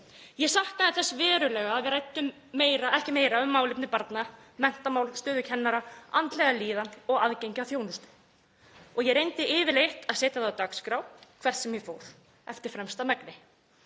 Ég saknaði þess verulega að við ræddum meira um málefni barna, menntamál, stöðu kennara, andlega líðan og aðgengi að þjónustu. Ég reyndi yfirleitt að setja það á dagskrá hvert sem ég fór eftir fremsta megni.